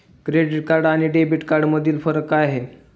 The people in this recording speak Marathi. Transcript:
क्रेडिट कार्ड आणि डेबिट कार्डमधील फरक काय आहे?